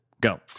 Go